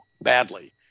badly